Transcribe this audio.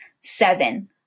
Seven